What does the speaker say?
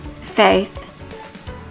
faith